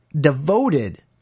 devoted